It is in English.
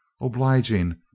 obliging